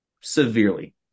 severely